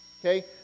Okay